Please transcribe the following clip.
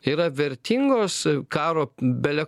yra vertingos karo bele